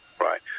right